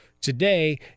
today